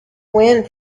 wind